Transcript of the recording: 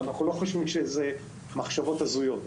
אנחנו לא חושבים שזה מחשבות הזויות.